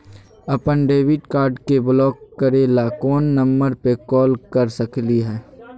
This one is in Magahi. अपन डेबिट कार्ड के ब्लॉक करे ला कौन नंबर पे कॉल कर सकली हई?